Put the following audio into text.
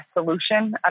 solution